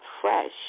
fresh